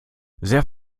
sehr